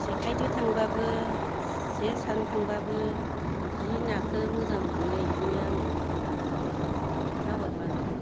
जेखायदों थांबाबो जे सारनो थाबाबो जि नाखौ मोजां मोनो एखौनो बेखौनो आंनो लाना फैयो खिन्थाहरबोन